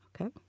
Okay